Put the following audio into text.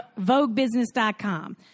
VogueBusiness.com